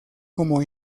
como